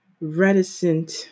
reticent